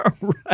Right